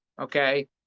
okay